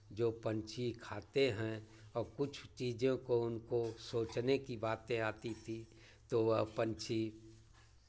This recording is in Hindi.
जो पंछी खाते हैं और कुछ चीज़ों को उनको सोचने की बातें आती थी तो वह पंछी